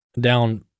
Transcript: down